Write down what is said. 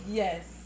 yes